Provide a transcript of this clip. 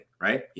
right